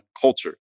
culture